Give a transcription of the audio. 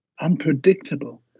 unpredictable